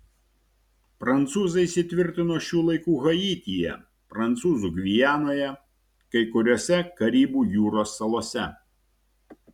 prancūzai įsitvirtino šių laikų haityje prancūzų gvianoje kai kuriose karibų jūros salose